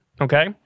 Okay